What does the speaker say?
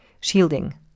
Shielding